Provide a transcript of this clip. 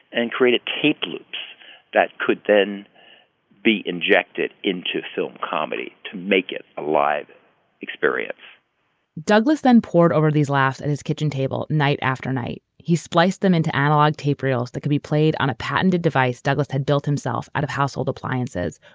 and create a tape loops that could then be injected into film comedy to make it a live experience douglas then poured over these laughs at his kitchen table night after night. he spliced them into analog tape reels that can be played on a patented device douglas had built himself out of household appliances,